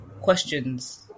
Questions